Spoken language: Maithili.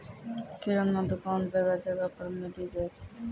किराना दुकान जगह जगह पर मिली जाय छै